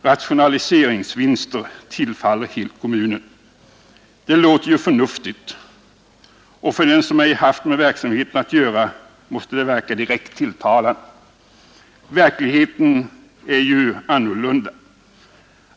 Rationaliseringsvinster tillfaller helt kommunen.” Det låter förnuftigt, och för den som ej haft med verksamheten att göra måste det verka direkt tilltalande. Verkligheten är emellertid annorlunda.